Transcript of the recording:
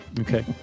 Okay